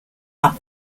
are